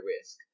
risk